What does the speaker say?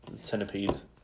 Centipedes